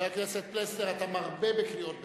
חבר הכנסת פלסנר, אתה מרבה בקריאות ביניים.